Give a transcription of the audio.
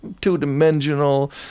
two-dimensional